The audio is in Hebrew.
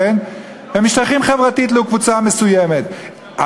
ומשתייכים חברתית לקבוצה מסוימת,